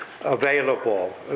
available